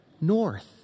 North